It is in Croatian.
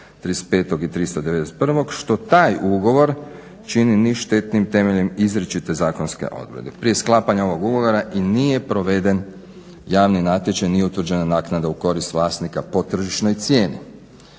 35 i 391 što taj ugovor čini ništetnim temeljem izričite zakonske odredbe. Prije sklapanja ovog ugovora i nije proveden javni natječaj, nije utvrđena naknada u korist vlasnika po tržišnoj cijeni.